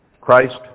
Christ